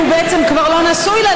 כי בעצם הוא כבר לא נשוי לה.